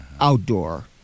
outdoor